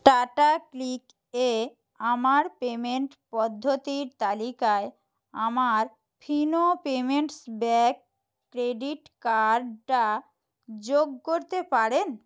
টাটাক্লিক এ আমার পেমেন্ট পদ্ধতির তালিকায় আমার ফিনো পেমেন্টস ব্যাঙ্ক ক্রেডিট কার্ডটা যোগ করতে পারেন